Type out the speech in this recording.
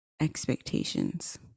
expectations